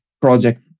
project